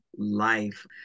Life